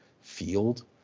field